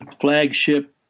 flagship